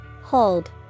Hold